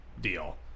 deal